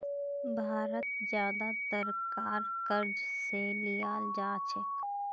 भारत ज्यादातर कार क़र्ज़ स लीयाल जा छेक